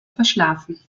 verschlafen